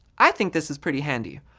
i think this is pretty handy.